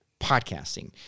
podcasting